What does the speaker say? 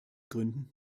gründen